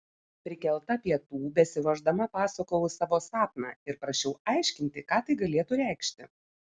prikelta pietų besiruošdama pasakojau savo sapną ir prašiau aiškinti ką tai galėtų reikšti